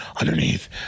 underneath